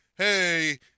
Hey